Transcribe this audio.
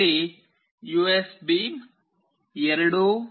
ಇಲ್ಲಿ ಯುಎಸ್ಬಿ 2